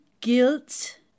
guilt